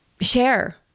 share